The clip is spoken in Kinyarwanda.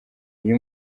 uyu